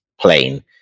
plane